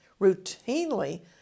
routinely